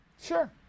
Sure